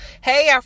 Hey